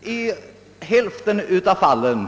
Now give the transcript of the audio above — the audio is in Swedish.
I hälften av fallen